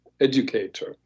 educator